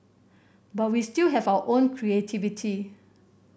but we still have our creativity